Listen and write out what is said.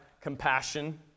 compassion